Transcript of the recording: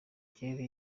kirere